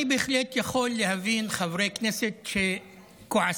אני בהחלט יכול להבין חברי כנסת שכועסים,